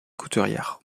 couturière